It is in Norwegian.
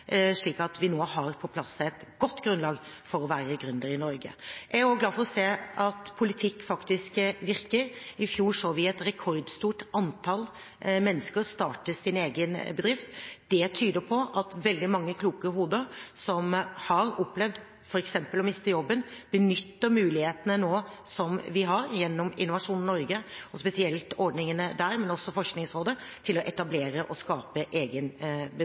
slik at vi nå har på plass et godt grunnlag for å være gründer i Norge. Jeg er også glad for å se at politikk faktisk virker. I fjor så vi et rekordstort antall mennesker starte sin egen bedrift. Det tyder på at veldig mange kloke hoder som har opplevd f.eks. å miste jobben, benytter mulighetene som vi nå har gjennom Innovasjon Norge – spesielt ordningene der, men også Forskningsrådet – til å etablere og skape egen